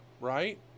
right